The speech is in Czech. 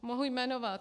Mohu jmenovat.